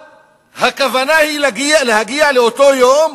הכוונה היא להגיע לאותו יום